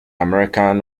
american